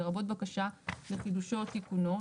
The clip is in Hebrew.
לרבות בקשה לחידושו או תיקונו,